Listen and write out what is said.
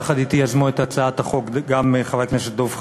יחד אתי יזמו את הצעת החוק גם חבר הכנסת דב חנין,